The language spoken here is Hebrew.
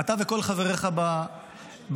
אתה וכל חבריך במליאה